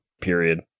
period